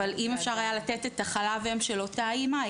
אבל אם אפשר היה לתת את חלב האם של אותה אימא,